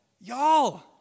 Y'all